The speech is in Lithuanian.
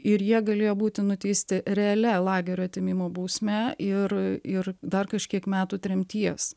ir jie galėjo būti nuteisti realia lagerio atėmimo bausme ir ir dar kažkiek metų tremties